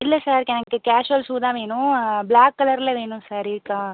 இல்லை சார் எனக்கு casual shoe தான் வேணும் ப்ளாக் கலரில் வேணும் சார் இருக்கா